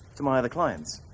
to my other clients.